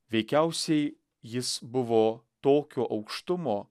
veikiausiai jis buvo tokio aukštumo